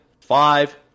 five